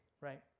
right